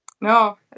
No